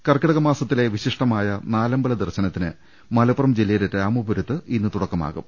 കർക്കിടക മാസത്തിലെ വിശിഷ്ടമായ നാലമ്പല ദർശന ത്തിന് മലപ്പുറം ജില്ലയിലെ രാമപുരത്ത് ഇന്ന് തുടക്കമാ വും